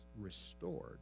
restored